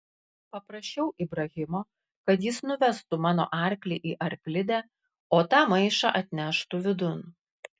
paprašiau ibrahimo kad jis nuvestų mano arklį į arklidę o tą maišą atneštų vidun